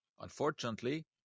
Unfortunately